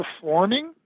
performing